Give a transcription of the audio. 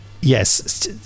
Yes